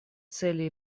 цели